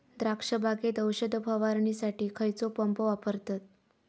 द्राक्ष बागेत औषध फवारणीसाठी खैयचो पंप वापरतत?